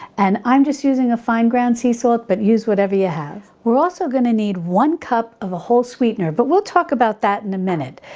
and i'm just using a fine ground sea salt but use whatever you have. we're also going to need one cup of a whole sweetener, but we'll talk about that in a minute.